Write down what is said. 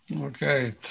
Okay